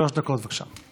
שלוש דקות, בבקשה.